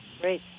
Great